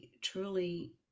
truly